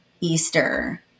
Easter